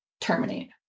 terminate